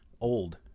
old